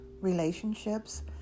Relationships